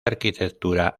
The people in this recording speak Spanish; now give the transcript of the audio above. arquitectura